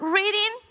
reading